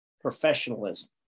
professionalism